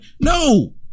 No